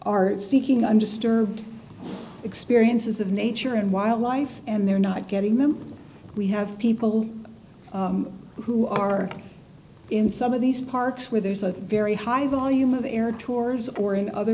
are seeking under sterve experiences of nature and wildlife and they're not getting them we have people who are in some of these parks where there's a very high volume of air tours or in other